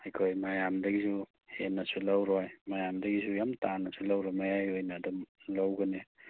ꯑꯩꯈꯣꯏ ꯃꯌꯥꯝꯗꯒꯤꯁꯨ ꯍꯦꯟꯅꯁꯨ ꯂꯧꯔꯣꯏ ꯃꯌꯥꯝꯗꯒꯤꯁꯨ ꯌꯥꯝ ꯇꯥꯅꯁꯨ ꯂꯧꯔꯣꯏ ꯃꯌꯥꯏ ꯑꯣꯏꯅ ꯑꯗꯨꯝ ꯂꯧꯒꯅꯤ